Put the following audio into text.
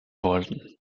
wollten